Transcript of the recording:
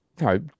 No